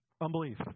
unbelief